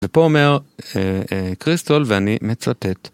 ופה אומר קריסטול ואני מצטט